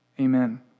Amen